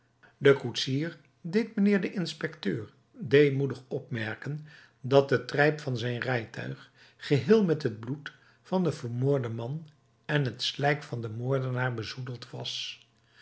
de koetsier deed mijnheer den inspecteur deemoedig opmerken dat het trijp van zijn rijtuig geheel met het bloed van den vermoorden man en het slijk van den moordenaar bezoedeld was